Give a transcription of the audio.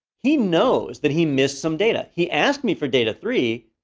he knows that he missed some data. he asked me for data three,